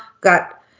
Got